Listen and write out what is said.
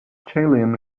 chilean